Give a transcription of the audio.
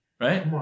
Right